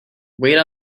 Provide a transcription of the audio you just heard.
wait